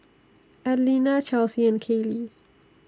Adelina Chelsea and Kayli